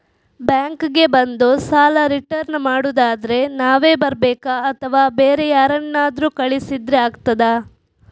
Bank ಗೆ ಬಂದು ಸಾಲ ರಿಟರ್ನ್ ಮಾಡುದಾದ್ರೆ ನಾವೇ ಬರ್ಬೇಕಾ ಅಥವಾ ಬೇರೆ ಯಾರನ್ನಾದ್ರೂ ಕಳಿಸಿದ್ರೆ ಆಗ್ತದಾ?